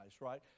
right